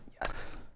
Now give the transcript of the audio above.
Yes